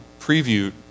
preview